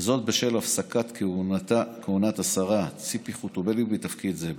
וזאת בשל הפסקת כהונת השרה ציפי חוטובלי בתפקיד זה,